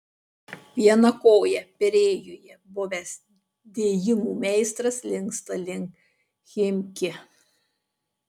viena koja pirėjuje buvęs dėjimų meistras linksta link chimki